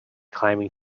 climbing